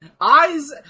Eyes